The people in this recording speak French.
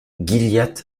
gilliatt